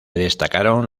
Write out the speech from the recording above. destacaron